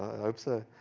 hope so.